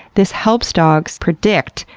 this helps dogs predict,